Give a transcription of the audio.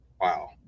wow